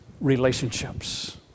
relationships